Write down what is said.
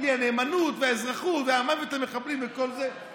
בלי הנאמנות והאזרחות והמוות למחבלים וכל זה.